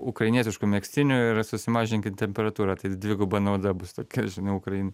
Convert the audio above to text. ukrainietišku megztiniu ir susimažinkit temperatūrą tai dviguba nauda bus tokia žinai ukrain